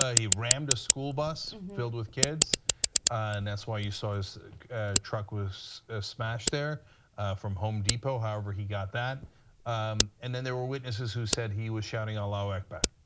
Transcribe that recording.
ah he rammed a school bus filled with kids and that's why you saw his truck was smashed there from home depot, however he got that um and then there were witnesses who said he was shouting out allah akbar